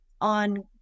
on